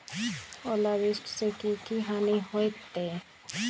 ओलावृष्टि से की की हानि होतै?